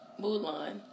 Mulan